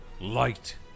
light